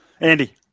Andy